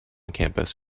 campus